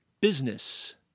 Business